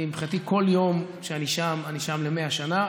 מבחינתי, כל יום שאני שם, אני שם ל-100 שנה,